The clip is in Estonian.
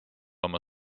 oma